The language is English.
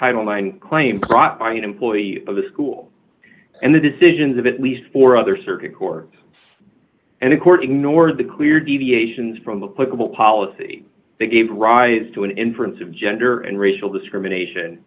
title nine claimed prop i an employee of the school and the decisions of at least four other circuit court and according nor the clear deviations from the political policy that gave rise to an inference of gender and racial discrimination